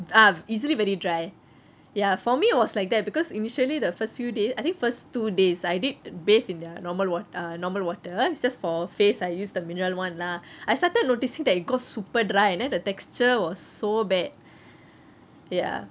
ah easily very dry ya for me it was like that because initially the first few days I think first two days I did bathe in uh normal wat~ uh normal water is just for face I use the mineral one lah I started noticing that it got super dry and then the texture was so bad ya